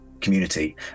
community